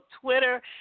Twitter